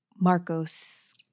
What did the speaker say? Marcos